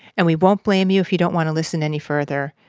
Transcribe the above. and we won't blame you if you don't want to listen any further.